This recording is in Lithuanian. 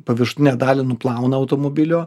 paviršutinę dalį nuplauna automobilio